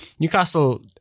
Newcastle